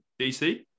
DC